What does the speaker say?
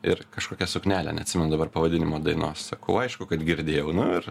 ir kažkokia suknelė neatsimenu dabar pavadinimu dainos sakau aišku kad girdėjau nu ir